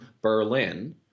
Berlin